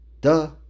Duh